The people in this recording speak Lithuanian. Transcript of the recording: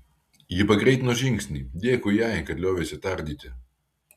ji pagreitino žingsnį dėkui jai kad liovėsi tardyti